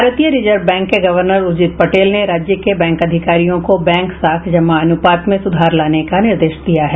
भारतीय reserve bank के governor Urjit Patel ने राज्य के बैंक अधिकारियों को बैंक साख जमा अनुपात में सुधार लाने का निर्देश दिया है